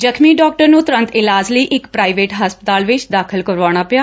ਜਖ਼ਮੀ ਡਾਕਟਰ ਨੂੰ ਤੁਰੰਤ ਇਲਾਜ਼ ਲਏ ਇੱਕ ਪ੍ਰਾਈਵੇਟ ਹਸਪਤਾਲ ਵਿਚ ਦਾਖਲ ਕਰਵਾਉਣਾ ਪਿਆ